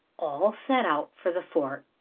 all set out for the fort.